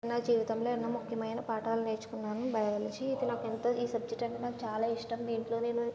నా జీవితంలో ఎన్నో ముఖ్యమైన పాఠాలు నేర్చుకున్నాను బయాలజీ ఇది నాకెంతో ఈ సబ్జెక్ట్ అంటే నాకు చాలా ఇష్టం దీంట్లో నేను